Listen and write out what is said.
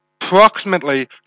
Approximately